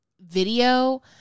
video